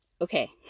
Okay